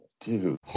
dude